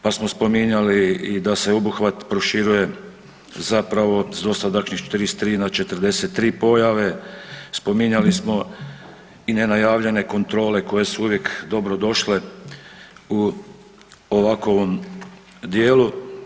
Pa smo spominjali i da se obuhvat proširuje zapravo s dosadašnjih 33 na 43 pojave, spominjali smo i nenajavljene kontrole koje su uvijek dobro došle u ovakvom dijelu.